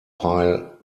pile